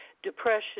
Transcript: depression